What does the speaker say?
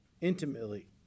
intimately